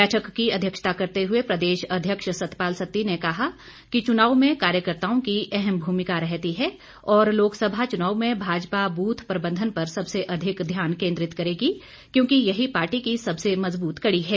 बैठक की अध्यक्षता करते हुए प्रदेश अध्यक्ष सतपात सत्ती ने कहा कि चुनाव में कार्यकर्ताओं की अहम भूमिका रहती है और लोकसभा चुनाव में भाजपा ब्रथ प्रबंधन पर सबसे अधिक ध्यान केन्द्रित करेगी क्योंकि यही पार्टी की सबसे मज़बूत कड़ी है